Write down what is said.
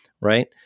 right